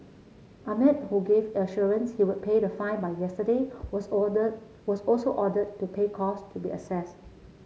Ahmed who gave assurance he would pay the fine by yesterday was ordered was also ordered to pay cost to be assess